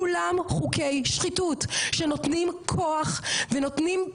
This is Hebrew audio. כולם חוקי שחיתות שנותנים כוח ונותנים,